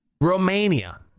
Romania